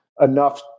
enough